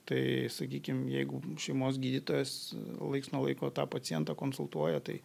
tai sakykim jeigu šeimos gydytojas laiks nuo laiko tą pacientą konsultuoja tai